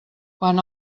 quan